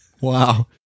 Wow